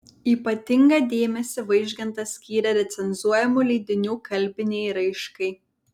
ypatingą dėmesį vaižgantas skyrė recenzuojamų leidinių kalbinei raiškai